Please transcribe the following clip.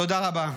תודה רבה.